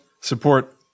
support